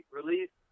release